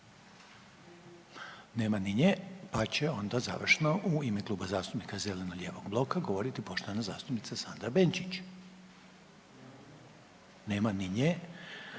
Nema ni nje, pa će onda završno u ime Kluba zastupnika zeleno-lijevog bloka govoriti poštovana zastupnica Sandra Benčić. Nema ni nje,